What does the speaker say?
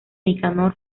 nicanor